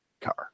car